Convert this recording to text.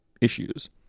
issues